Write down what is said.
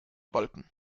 balken